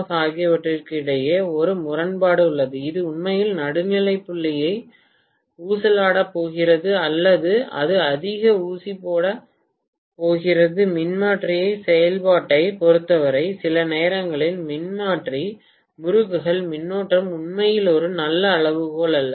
F ஆகியவற்றுக்கு இடையே ஒரு முரண்பாடு உள்ளது இது உண்மையில் நடுநிலை புள்ளியை ஊசலாடப் போகிறது அல்லது அது அதிக ஊசி போடப் போகிறது மின்மாற்றி செயல்பாட்டைப் பொருத்தவரை சில நேரங்களில் மின்மாற்றி முறுக்குக்குள் மின்னோட்டம் உண்மையில் ஒரு நல்ல அளவுகோல் அல்ல